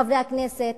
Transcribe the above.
חברי הכנסת,